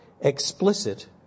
explicit